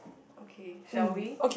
okay shall we